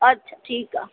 अच्छा ठीकु आहे